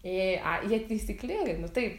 ė a jie teisyklingai nu taip